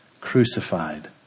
crucified